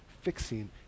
fixing